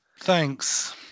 Thanks